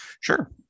Sure